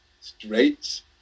straight